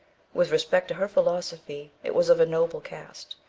with respect to her philosophy it was of a noble cast.